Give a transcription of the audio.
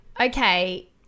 Okay